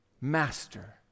Master